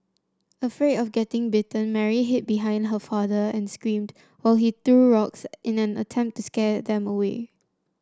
afraid of getting bitten Mary hid behind her father and screamed while he threw rocks in an attempt to scare them away